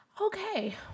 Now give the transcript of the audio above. Okay